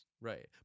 Right